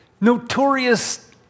notorious